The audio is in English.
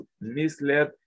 misled